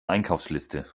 einkaufsliste